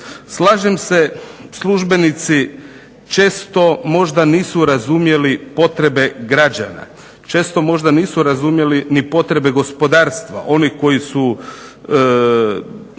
Slažem se službenici često možda nisu razumjeli potrebe građana, često možda nisu razumjeli ni potrebe gospodarstva, oni koji su